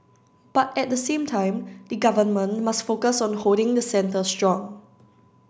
but at the same time the government must focus on holding the centre strong